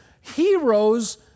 heroes